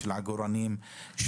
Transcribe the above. בעניין העגורנים,